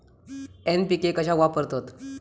NPK कशाक वापरतत?